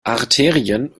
arterien